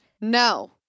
No